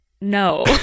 No